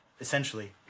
essentially